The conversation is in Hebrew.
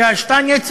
שהיה שטייניץ,